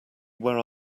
where